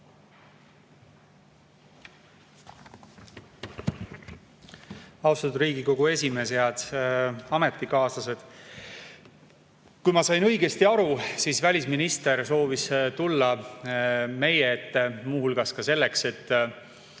Austatud Riigikogu esimees! Head ametikaaslased! Kui ma sain õigesti aru, siis välisminister soovis tulla meie ette muu hulgas ka selleks, et